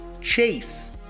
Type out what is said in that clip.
Chase